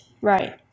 Right